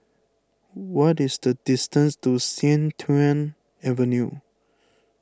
what is the distance to Sian Tuan Avenue